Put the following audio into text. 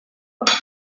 ordea